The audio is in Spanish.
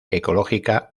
ecológica